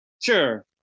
Sure